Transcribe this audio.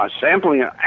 sampling